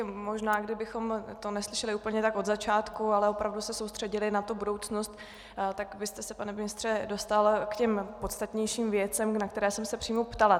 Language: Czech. Možná kdybychom to neslyšeli úplně tak od začátku, ale opravdu se soustředili na budoucnost, tak byste se, pane ministře, dostal k těm podstatnějším věcem, na které jsem se přímo ptala.